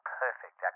perfect